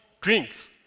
drinks